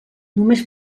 només